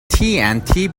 tnt